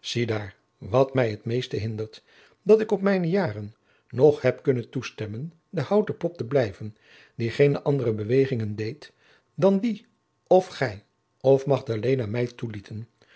ziedaar wat mij het meeste hindert dat ik op mijne jaren nog heb kunnen toestemmen de houten pop te blijven die geene andere bewegingen deed dan die of gij of magdalena mij toelieten